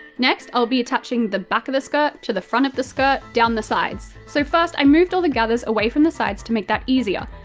next i'll be attaching the back of the skirt to the front of the skirt down the sides. so first, i moved all the gathers away from the sides to make that easier.